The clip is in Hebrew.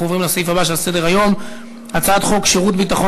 אנחנו עוברים לסעיף הבא שעל סדר-היום: הצעת חוק שירות ביטחון